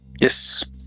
Yes